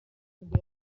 nibwo